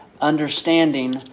understanding